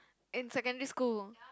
in secondary school